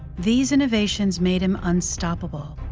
these innovations made him unstoppable,